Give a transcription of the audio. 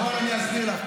כמה רשויות, אני אגיד לך.